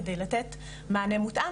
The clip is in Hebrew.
על מנת לתת מענה מותאם.